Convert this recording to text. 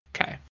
Okay